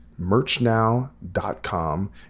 MerchNow.com